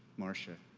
marcia.